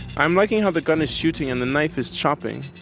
i'm liking how the gun is shooting and the knife is chopping,